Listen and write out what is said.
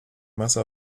masse